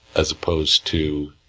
as opposed to